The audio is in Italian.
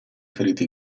feriti